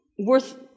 worth